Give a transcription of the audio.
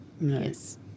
Yes